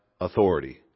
authority